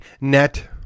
net